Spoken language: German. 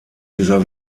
dieser